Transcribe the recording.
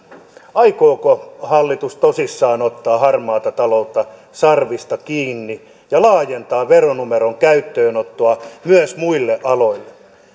aikooko hallitus tosissaan ottaa harmaata taloutta sarvista kiinni ja laajentaa veronumeron käyttöönottoa myös muille aloille